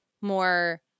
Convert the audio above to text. more –